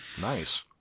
Nice